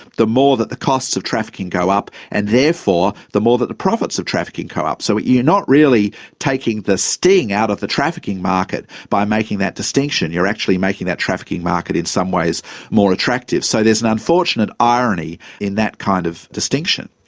the more that the costs of trafficking go up and, therefore, the more that the profits of trafficking go up. so you're not really taking the sting out of the trafficking market by making that distinction you're actually making that trafficking market in some ways more attractive. so there's an unfortunate irony in that kind of distinction.